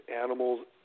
animals